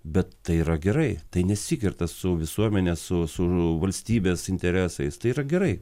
bet tai yra gerai tai nesikerta su visuomene su su valstybės interesais tai yra gerai